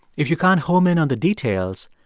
if you can't home in on the details,